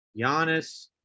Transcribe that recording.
Giannis